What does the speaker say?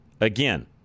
again